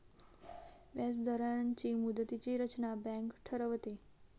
व्याजदरांची मुदतीची रचना बँक ठरवते